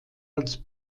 als